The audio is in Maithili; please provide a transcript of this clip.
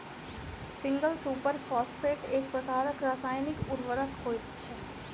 सिंगल सुपर फौसफेट एक प्रकारक रासायनिक उर्वरक होइत छै